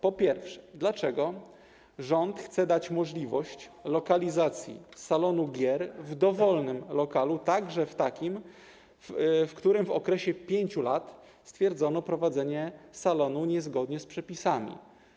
Po pierwsze, dlaczego rząd chce dać możliwość zlokalizowania salonu gier w dowolnym lokalu, także w takim, w którym w okresie 5 lat stwierdzono prowadzenie salonu niezgodnie z przepisami?